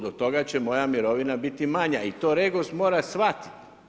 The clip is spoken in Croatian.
Zbog toga će moja mirovina biti manja i to REGOS mora shvatiti.